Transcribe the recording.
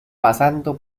pasando